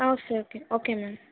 ah sure okay okay ma'am